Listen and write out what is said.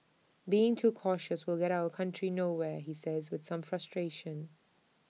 being too cautious will get our country nowhere he says with some frustration